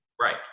right